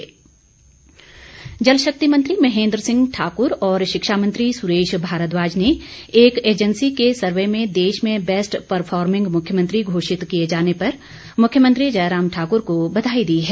बधाई जल शक्ति मंत्री महेंद्र सिंह ठाकुर और शिक्षा मंत्री सुरेश भारद्वाज ने एक एजेंसी के सर्वे में देश में बैस्ट परफॉरमिंग मुख्यमंत्री घोषित किए जाने पर मुख्यमंत्री जयराम ठाकुर को बधाई दी है